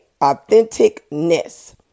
Authenticness